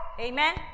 Amen